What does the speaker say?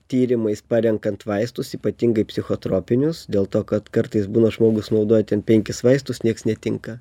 tyrimais parenkant vaistus ypatingai psichotropinius dėl to kad kartais būna žmogus naudoja ten penkis vaistus nieks netinka